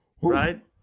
right